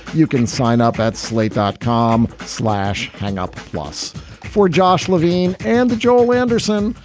you can sign up at slate dot com slash hang-up loss for josh levine and joel anderson.